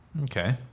Okay